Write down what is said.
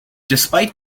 despite